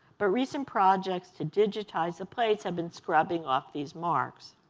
but recent projects to digitize the plates have been scrubbing off these marks.